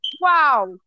wow